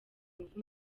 ngufu